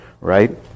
Right